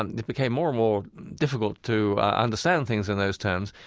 and it became more and more difficult to understand things in those terms,